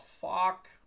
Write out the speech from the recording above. fuck